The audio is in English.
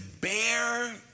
bear